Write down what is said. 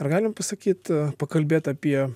ar galim pasakyt pakalbėt apie